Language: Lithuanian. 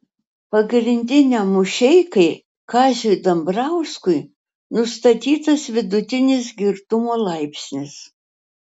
pagrindiniam mušeikai kaziui dambrauskui nustatytas vidutinis girtumo laipsnis